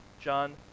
John